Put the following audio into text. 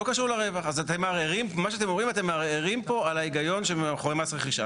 אז מה שאתם אומרים זה שאתם מערערים פה על ההיגיון שמאחורי מס רכישה.